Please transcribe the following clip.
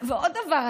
ועוד דבר,